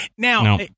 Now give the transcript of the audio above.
Now